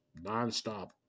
nonstop